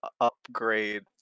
upgrade